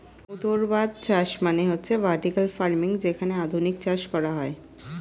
ঊর্ধ্বাধ চাষ মানে হচ্ছে ভার্টিকাল ফার্মিং যেখানে আধুনিক চাষ করা হয়